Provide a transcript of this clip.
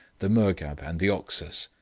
the murghab and the oxus.